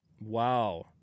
Wow